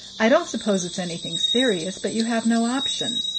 i don't suppose it's anything serious but you have no option.